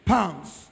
Pounds